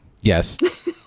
Yes